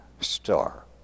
star